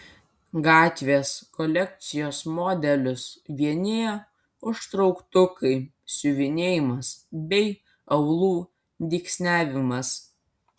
gatvės kolekcijos modelius vienija užtrauktukai siuvinėjimas bei aulų dygsniavimas